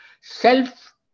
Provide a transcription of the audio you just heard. Self